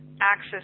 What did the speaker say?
access